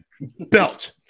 belt